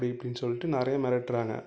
அப்படி இப்படின்னு சொல்லிட்டு நிறையா மிரட்றாங்க